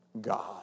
God